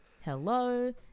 Hello